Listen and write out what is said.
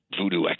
voodoo